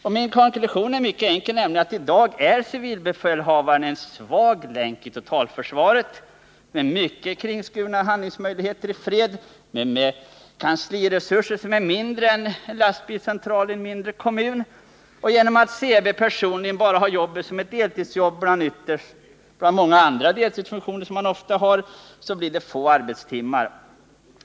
Jag gör här den mycket enkla konklusionen att civilbefälhavaren i dag är en svag länk i totalförsvaret med mycket kringskurna handlingsmöjligheter i fred och med kansliresurser som är mindre än en lastbilscentrals i en mindre kommun. För civilbefälhavaren personligen är det bara fråga om ett deltidsjobb bland många andra deltidsfunktioner — som ofta är fallet — och därför blir det få arbetstimmar.